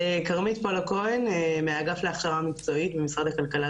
כרמית פולק כהן מהאגף להכשרה מקצועית במשרד הכלכלה,